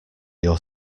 your